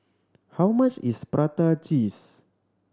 how much is prata cheese